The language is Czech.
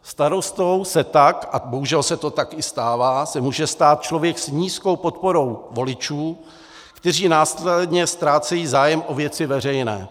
Starostou se tak, a bohužel se to tak i stává, může stát člověk s nízkou podporou voličů, kteří následně ztrácejí zájem o věci veřejné.